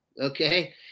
okay